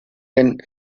den